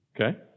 Okay